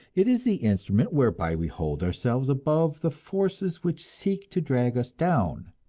it is the instrument whereby we hold ourselves above the forces which seek to drag us down,